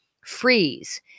Freeze